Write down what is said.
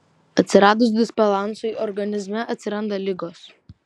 atsiradus disbalansui organizme atsiranda ligos